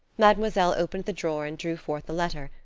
mademoiselle opened the drawer and drew forth the letter,